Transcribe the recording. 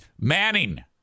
Manning